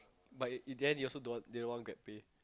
but in the end they also they don't want they don't want Grabpay